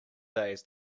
days